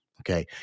okay